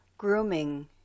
Grooming